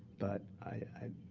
but i